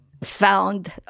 found